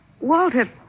Walter